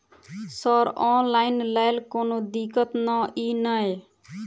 Sir online लैल कोनो दिक्कत न ई नै?